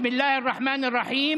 (אומר בערבית: בשם אללה הרחמן והרחום,